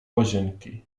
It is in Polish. łazienki